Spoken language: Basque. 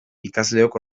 ikasleok